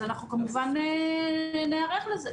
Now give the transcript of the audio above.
אז אנחנו כמובן ניערך לזה.